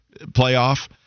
playoff